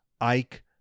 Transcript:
Ike